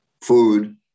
food